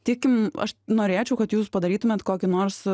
tikim aš norėčiau kad jūs padarytumėt kokį nors